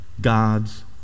God's